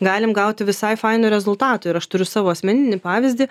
galim gauti visai fainų rezultatų ir aš turiu savo asmeninį pavyzdį